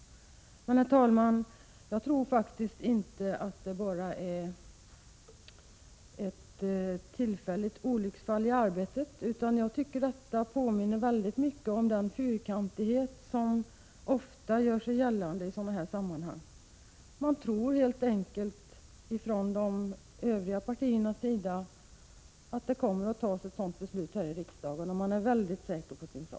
Herr talman! Jag tror faktiskt inte att det endast är fråga om ett olycksfall i arbetet. Jag tycker att det hela i mycket hög grad påminner om den fyrkantighet som ofta gör sig gällande i sådana här sammanhang. Från de övriga partiernas sida tror man helt enkelt att ett beslut om en Öresundsbro kommer att fattas här i riksdagen. Man är t.o.m. mycket säker på sin sak.